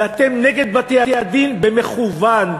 ואתם נגד בתי-הדין במכוון,